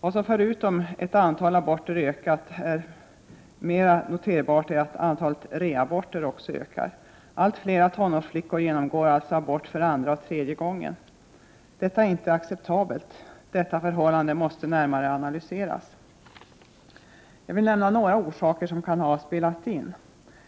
Vad som, förutom att antalet aborter ökat, är mer noterbart är att antalet reaborter också ökar. Allt fler tonårsflickor genomgår alltså abort för andra och tredje gången. Det är inte acceptabelt. Detta förhållande måste närmare analyseras. Jag vill nämna några orsaker som kan ha spelat in. Läkemedelsrabattering Prot.